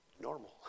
normal